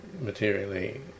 materially